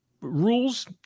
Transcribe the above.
rules